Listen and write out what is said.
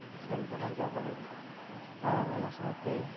ᱠᱚ ᱟᱨᱡᱟᱣ ᱫᱟᱲᱮᱭᱟᱜᱼᱟ ᱟᱨ ᱚᱱᱟ ᱥᱟᱶᱛᱮ